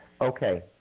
Okay